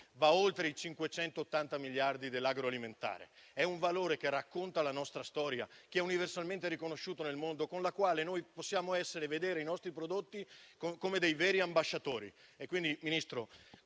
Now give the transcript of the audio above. va oltre i 580 miliardi dell'agroalimentare. È un valore che racconta la nostra storia, universalmente riconosciuta nel mondo, con la quale possiamo considerare i nostri prodotti come veri ambasciatori.